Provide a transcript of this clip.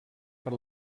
per